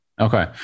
Okay